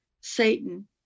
Satan